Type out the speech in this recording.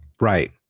Right